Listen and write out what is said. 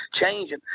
changing